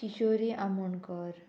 Kishori Amonkar